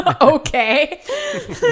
Okay